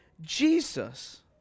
Jesus